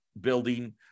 building